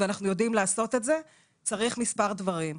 אנחנו יודעים לעשות את זה אבל צריך מספר דברים.